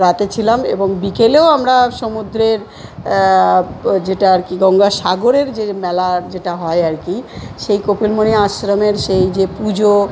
রাতে ছিলাম এবং বিকেলেও আমরা সমুদ্রের যেটা আর কি গঙ্গাসাগরের যে মেলা যেটা হয় আর কি সেই কপিলমুনি আশ্রমের সেই যে পুজো